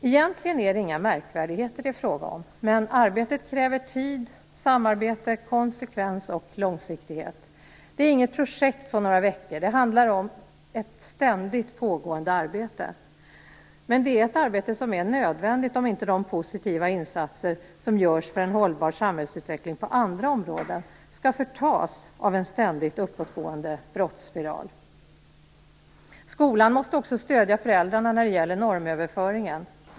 Egentligen är det inte fråga om några märkvärdigheter, men arbetet kräver tid, samarbete, konsekvens och långsiktighet. Det är inget projekt på några veckor, utan det handlar om ett ständigt pågående arbete. Men det är ett arbete som är nödvändigt om inte de positiva insatser som görs för en hållbar samhällsutveckling på andra områden skall förtas av en ständigt uppåtgående brottsspiral. Skolan måste också stödja föräldrarna i normöverföringen.